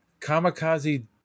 Kamikaze